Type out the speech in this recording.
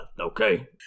okay